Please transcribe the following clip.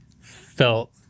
felt